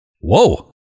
Whoa